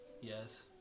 yes